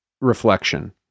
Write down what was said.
reflection